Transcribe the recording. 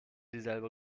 dieselbe